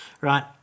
right